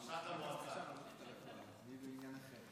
אדוני היושב-ראש, כנסת נכבדה,